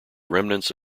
remnants